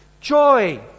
joy